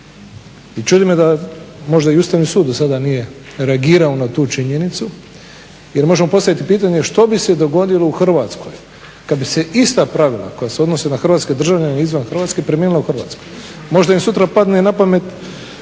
I čudi me da možda i Ustavni sud do sada nije reagirao na tu činjenicu. Jer možemo postaviti pitanje što bi se dogodilo u Hrvatskoj kada bi se ista pravila koja se odnose na hrvatske državljane izvan Hrvatske primijenila u Hrvatskoj. Možda im sutra padne na pamet